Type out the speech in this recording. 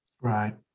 Right